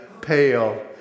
Pale